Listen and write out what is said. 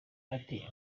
ati